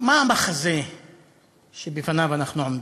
מה המחזה שבפניו אנחנו עומדים?